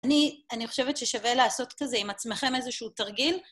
אני, אני חושבת ששווה לעשות כזה עם עצמכם איזשהו תרגיל.